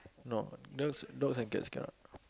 no dogs dogs and cats cannot